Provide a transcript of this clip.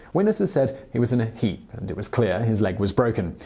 witnesses said he was in a heap and it was clear his leg was broken.